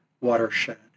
watershed